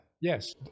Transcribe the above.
Yes